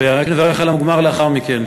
ורק נברך על המוגמר לאחר מכן.